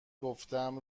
گفتم